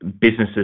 businesses